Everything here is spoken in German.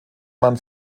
man